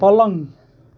पलङ